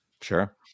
Sure